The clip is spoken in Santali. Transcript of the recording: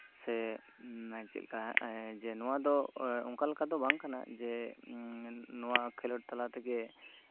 ᱥᱮ ᱪᱮᱫ ᱞᱮᱠᱟ ᱡᱮ ᱱᱚᱣᱟ ᱫᱚ ᱚᱱᱠᱟ ᱞᱮᱠᱟ ᱫᱚ ᱵᱟᱝ ᱠᱟᱱᱟ ᱡᱮ ᱱᱚᱣᱟ ᱠᱷᱮᱞᱳᱰ ᱛᱟᱞᱟ ᱛᱮᱜᱮ